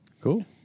Cool